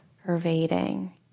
pervading